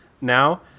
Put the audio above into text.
now